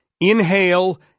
inhale